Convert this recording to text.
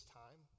time